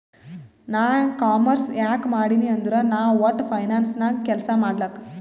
ನಾ ಕಾಮರ್ಸ್ ಯಾಕ್ ಮಾಡಿನೀ ಅಂದುರ್ ನಾ ವಟ್ಟ ಫೈನಾನ್ಸ್ ನಾಗ್ ಕೆಲ್ಸಾ ಮಾಡ್ಲಕ್